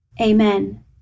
Amen